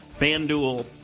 FanDuel